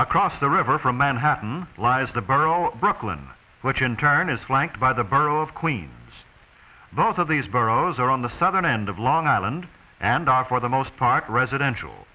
across the river from manhattan lies the borough of brooklyn which in turn is flanked by the borough of queens both of these boroughs are on the southern end of long island and are for the most part residential